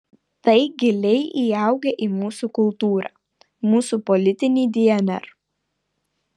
tai giliai įaugę į mūsų kultūrą mūsų politinį dnr